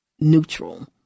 neutral